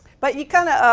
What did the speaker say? but you kind of,